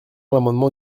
l’amendement